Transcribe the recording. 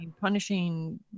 punishing